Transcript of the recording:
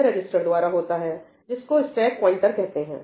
यह रजिस्टर् द्वारा होता है जिसको स्टेक प्वाइंटर कहते हैं